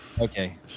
Okay